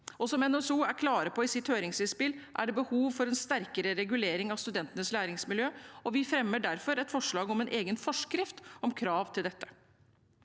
er klar på i sitt høringsinnspill, er det behov for en sterkere regulering av studentenes læringsmiljø. Vi fremmer derfor et forslag om en egen forskrift om krav til dette.